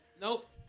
Nope